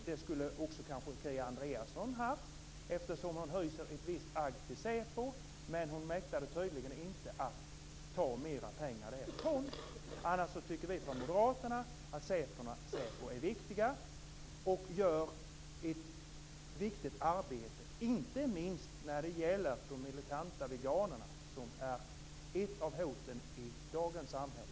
Det skulle kanske också Kia Andreasson ha haft eftersom hon hyser ett visst agg till SÄPO, men hon mäktade tydligen inte att ta mer pengar där. Annars tycker vi från moderaterna att SÄPO är viktigt och gör ett viktigt arbete - inte minst när det gäller de militanta veganerna, som är ett av hoten i dagens samhälle.